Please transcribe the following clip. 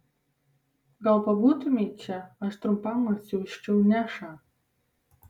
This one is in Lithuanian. gal pabūtumei čia aš trumpam atsiųsčiau nešą